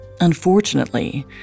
Unfortunately